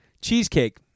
Cheesecake